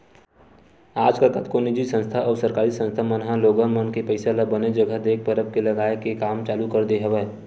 आजकल कतको निजी संस्था अउ सरकारी संस्था मन ह लोगन मन के पइसा ल बने जघा देख परख के लगाए के काम चालू कर दे हवय